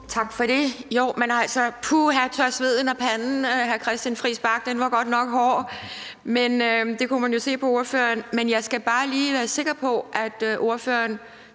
Tak for det. Puha, tør sveden af panden, hr. Christian Friis Bach. Den var godt nok hård. Det kunne man jo se på ordføreren. Jeg skal bare lige være sikker på, at ordføreren